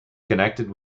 connected